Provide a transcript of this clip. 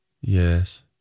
Yes